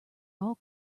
all